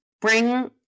bring